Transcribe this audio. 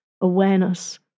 awareness